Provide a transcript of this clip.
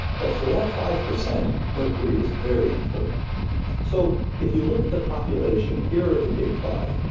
but for that five percent, mercury is very important so if you look at the population, here are the big five.